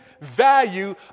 value